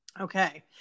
Okay